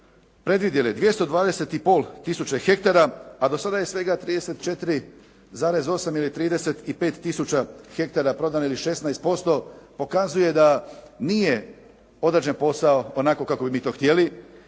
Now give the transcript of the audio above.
predvidjeli 220 i pol tisuća hektara, a do sada je svega 34, 8 ili 35 tisuća hektara prodano ili 16%, pokazuje da nije odrađen posao onako kako bi mi to htjeli,